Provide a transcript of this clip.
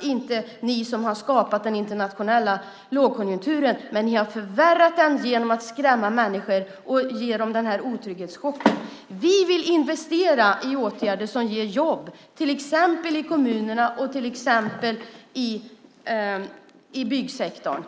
inte ni som har skapat den internationella lågkonjunkturen, men ni har förvärrat den genom att skrämma människor och ge dem otrygghetschocken. Vi vill investera i åtgärder som ger jobb, till exempel i kommunerna och i byggsektorn.